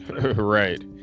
Right